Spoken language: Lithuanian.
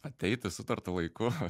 ateiti sutartu laiku